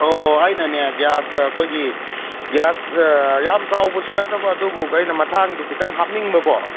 ꯑꯣ ꯑꯩꯅꯅꯦ ꯒ꯭ꯌꯥꯁ ꯑꯩꯈꯣꯏꯒꯤ ꯒ꯭ꯌꯥꯁ ꯌꯥꯝ ꯆꯥꯎꯕꯁꯨ ꯅꯠꯇꯕ ꯑꯗꯨꯕꯨ ꯑꯩꯅ ꯃꯊꯥꯡꯗꯣ ꯈꯤꯇꯪ ꯍꯥꯞꯅꯤꯡꯕꯀꯣ